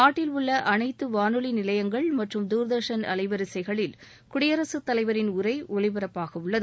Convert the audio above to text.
நாட்டில் உள்ள அனைத்து வானொலி நிலையங்கள் மற்றும் துர்தர்ஷன் அலைவரிசைகளில் குடியரசுத் தலைவரின் உரை ஒலிபரப்பாகவுள்ளது